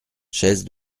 chaise